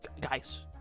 Guys